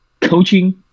coaching